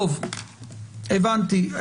טוב, הבנתי.